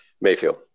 Mayfield